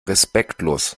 respektlos